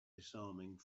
disarming